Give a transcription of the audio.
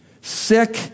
Sick